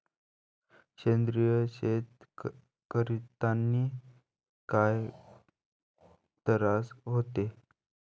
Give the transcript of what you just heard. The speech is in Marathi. सेंद्रिय शेती करतांनी काय तरास होते?